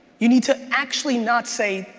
you need to actually not say,